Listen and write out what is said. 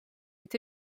est